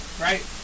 Right